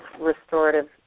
restorative